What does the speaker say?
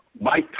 Mike